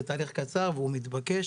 זה תהליך קצר והוא מתבקש.